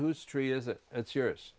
whose tree is it it's yours